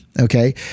Okay